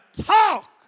talk